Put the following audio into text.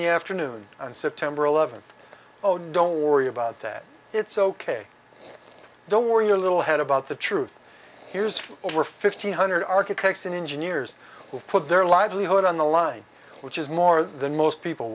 the afternoon on september eleventh oh don't worry about that it's ok don't worry your little head about the truth here's from over fifteen hundred architects and engineers will put their livelihood on the line which is more than most people